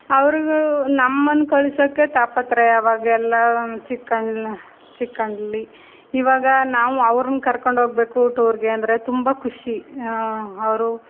ಅವ್ರಿಗೂ ನಮ್ಮನ್ನು ಕಳಿಸೋಕ್ಕೆ ತಾಪತ್ರಯ ಅವಾಗೆಲ್ಲ ಚಿಕ್ಕಂದು ಚಿಕ್ಕಂದಲ್ಲಿ ಇವಾಗ ನಾವು ಅವ್ರನ್ನು ಕರ್ಕೊಂಡು ಹೋಗ್ಬೇಕು ಟೂರಿಗೆ ಅಂದರೆ ತುಂಬ ಖುಷಿ ಅವರು